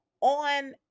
on